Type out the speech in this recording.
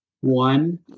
One